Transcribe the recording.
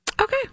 Okay